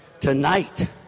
tonight